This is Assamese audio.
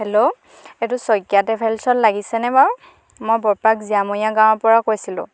হেল্ল' এইটো শইকীয়া ট্ৰেভেলছত লাগিছেনে বাৰু মই বৰপাক জীয়ামৰীয়া গাঁৱৰ পৰা কৈছিলোঁ